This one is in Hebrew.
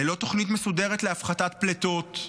ללא תוכנית מסודרת להפחתת פליטות,